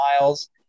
miles